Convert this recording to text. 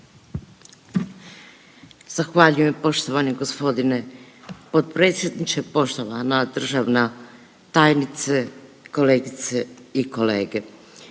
Zahvaljujem poštovani gospodine potpredsjedniče, poštovana državna tajnice, kolegice i kolege.